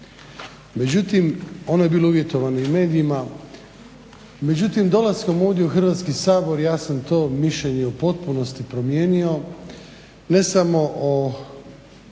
Međutim, ono je bilo uvjetovano i medijima. Međutim, dolaskom ovdje u Hrvatski sabor ja sam to mišljenje u potpunosti promijenio ne samo o